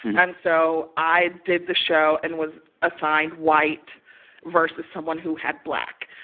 and so i did the show and was assigned white versus someone who had black.